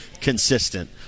consistent